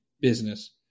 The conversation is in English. business